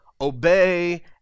obey